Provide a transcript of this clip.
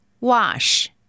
Wash